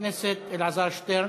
חבר הכנסת אלעזר שטרן.